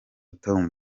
tom